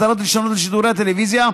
44) (אסדרת רישיונות לשידורי טלוויזיה),